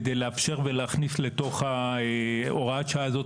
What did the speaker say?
כדי לאפשר להכניס לתוך הוראת השעה הזאת